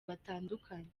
batandukanye